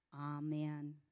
Amen